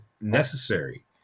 necessary